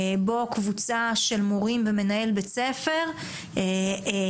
בו קבוצה של מורים ומנהל בית ספר מכאביה